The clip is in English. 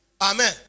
Amen